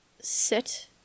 sit